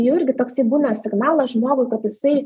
jau irgi toksai būna signalas žmogui kad jisai